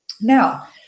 Now